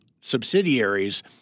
subsidiaries